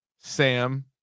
sam